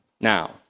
Now